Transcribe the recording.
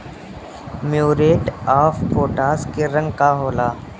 Muriate of potash के रंग का होला?